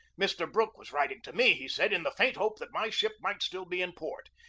mr. brook was writing to me, he said, in the faint hope that my ship might still be in port.